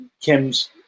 Kim's